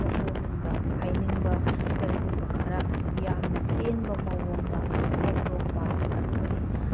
ꯐꯣꯡꯗꯣꯛꯅꯤꯡꯕ ꯍꯥꯏꯅꯤꯡꯕ ꯀꯔꯤꯒꯨꯝꯕ ꯈꯔ ꯌꯥꯝꯅ ꯇꯦꯟꯕ ꯃꯑꯣꯡꯗ ꯐꯣꯡꯗꯣꯛꯄ ꯑꯗꯨꯕꯨꯅꯤ